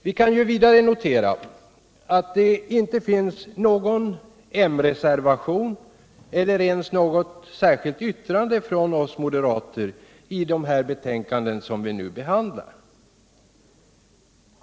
Vi kan vidare notera att det inte finns någon m-reservation eller ens något särskilt yttrande från oss moderater vid de betänkanden som vi nu behandlar.